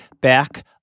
back